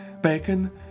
Bacon